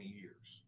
years